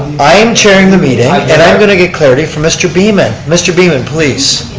i am chairing the meeting and i'm going to get clarity from mr. beaman. mr. beaman, please.